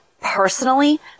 personally